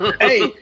Hey